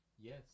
Yes